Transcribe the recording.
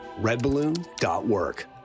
redballoon.work